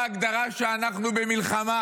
תיקחו את ההגדרה שאנחנו במלחמה,